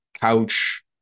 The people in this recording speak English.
couch